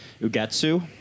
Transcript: Ugetsu